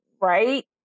right